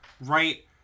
right